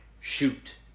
shoot